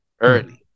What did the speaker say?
early